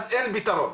אז אין פתרון.